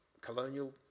colonial